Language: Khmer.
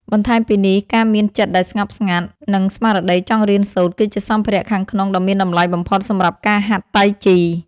បន្ថែមពីនេះ ការមានចិត្តដែលស្ងប់ស្ងាត់ និងស្មារតីចង់រៀនសូត្រ គឺជាសម្ភារៈខាងក្នុងដ៏មានតម្លៃបំផុតសម្រាប់ការហាត់តៃជី។